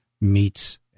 meets